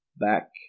back